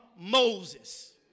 Moses